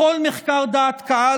בכל מחקר דעת קהל,